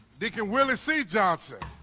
deacon will it see johnson